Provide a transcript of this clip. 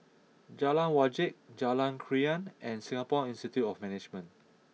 Jalan Wajek Jalan Krian and Singapore Institute of Management